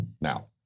now